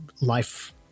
life